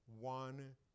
one